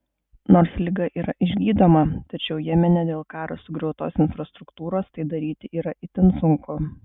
nors liga yra išgydoma tačiau jemene dėl karo sugriautos infrastruktūros tai daryti yra itin sunku